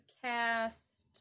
cast